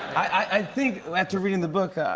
i think, after reading the book,